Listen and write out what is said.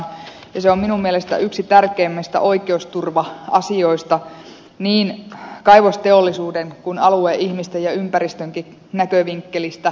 se on minun mielestäni yksi tärkeimmistä oikeusturva asioista niin kaivosteollisuuden kuin alueen ihmisten ja ympäristönkin näkövinkkelistä